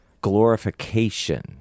glorification